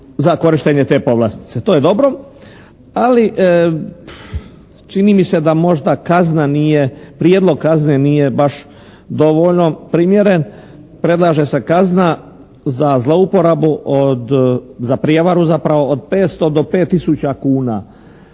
za korištenje te povlastice. To je dobro. Ali čini mi se da možda kazna nije, prijedlog kazne nije baš dovoljno primjeren. Predlaže se kazna za zlouporabu za prijevaru zapravo od 500 do 5 tisuća